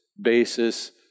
basis